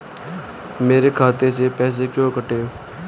मेरे खाते से पैसे क्यों कटे?